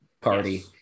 party